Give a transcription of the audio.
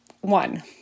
one